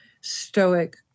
stoic